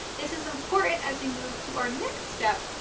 this is important as we move to our next step,